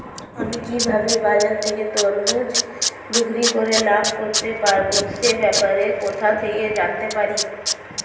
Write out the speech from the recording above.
আমি কিভাবে বাজার থেকে তরমুজ বিক্রি করে লাভ করতে পারব সে ব্যাপারে কোথা থেকে জানতে পারি?